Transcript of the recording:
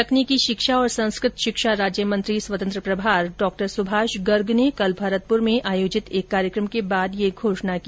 तकनीकी शिक्षा और संस्कृत शिक्षा राज्य मंत्री स्वतंत्र प्रभार डॉ सुभाष गर्ग ने कल भरतपुर में आयोजित एक कार्यक्रम के बाद यह घोषणा की